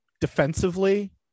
defensively